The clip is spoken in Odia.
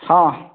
ହଁ